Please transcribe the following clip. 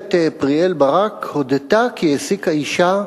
הגברת פריאל-ברק הודתה כי העסיקה אשה,